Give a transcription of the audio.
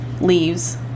leaves